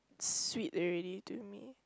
sweet already to me